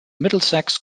middlesex